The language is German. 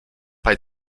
bei